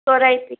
चौराहे पे